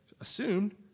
assumed